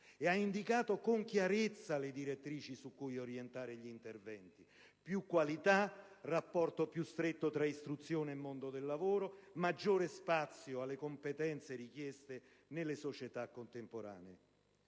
ed ha indicato, con chiarezza, le direttrici su cui orientare gli interventi: più qualità; un rapporto più stretto tra istruzione e mondo del lavoro; maggiore spazio alle competenze richieste nelle società contemporanee.